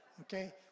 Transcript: Okay